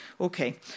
Okay